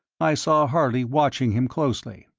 i saw harley watching him closely.